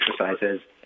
exercises